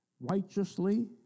righteously